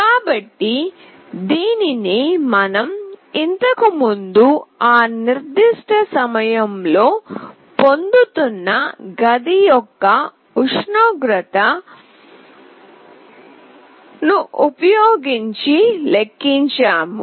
కాబట్టి దీనిని మనం ఇంతకుముందు ఆ నిర్దిష్ట సమయంలో పొందుతున్న గది యొక్క ప్రస్తుత ఉష్ణోగ్రతను ఉపయోగించి లెక్కించాము